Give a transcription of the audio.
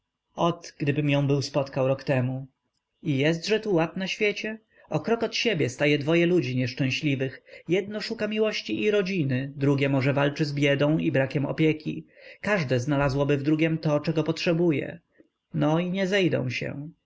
ot gdybym ją był spotkał rok temu i jestże tu ład na świecie o krok od siebie staje dwoje ludzi nieszczęśliwych jedno szuka miłości i rodziny drugie może walczy z biedą i brakiem opieki każde znalazłoby w drugiem to czego potrzebuje no i nie zejdą się